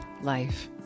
Life